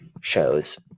shows